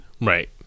Right